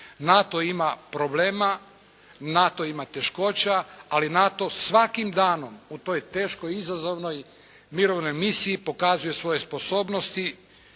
NATO ima problema, NATO ima teškoća. Ali NATO svakim danom u toj teškoj izazovnoj mirovnoj misiji pokazuje svoje sposobnosti